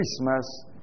Christmas